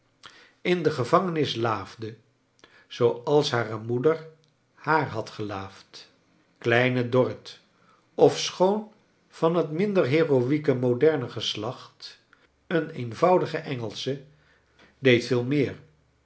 in de gecharles dickons klftine dorrit vangenis laafde zooals hare moeder haar had gelaafd kleine dorrit ofschoon van het minder hero eke moderne geslacht een eenvoudige engelsche deed veel meer